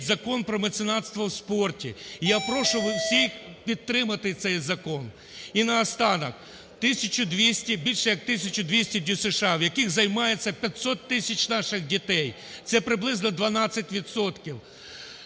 Закон про меценатство в спорті. Я прошу всіх підтримати цей закон. І наостанок, 1200, більше, як 1200 ДЮСШ, в яких займається 500 тисяч наших дітей, це приблизно 12